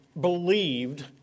believed